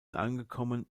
angekommen